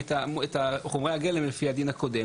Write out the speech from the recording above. חריגים.